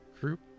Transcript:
group